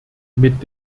mit